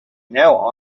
now